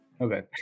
Okay